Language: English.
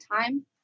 time